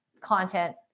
content